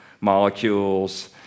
molecules